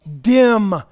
dim